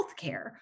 healthcare